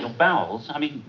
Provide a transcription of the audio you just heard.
um bowels. i mean,